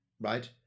right